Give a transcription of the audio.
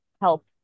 help